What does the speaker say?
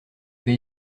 vais